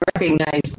recognize